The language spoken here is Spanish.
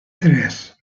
tres